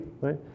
right